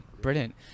brilliant